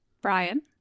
Brian